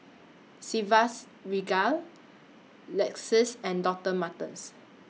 Chivas Regal Lexus and Doctor Martens